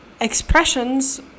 expressions